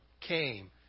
came